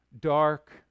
dark